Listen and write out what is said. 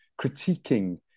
critiquing